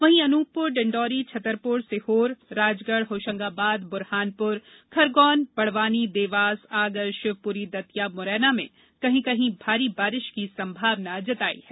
वही अनूपपुर डिंडोरी छतरपुर सीहोर राजगढ होशंगाबाद बुरहानपुर खंरगोन बडवानी देवास आगर शिवपुरी दतिया मुरैना में कहीं कहीं भारी बारिश की संभावना जताई है